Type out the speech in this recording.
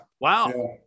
Wow